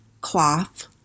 cloth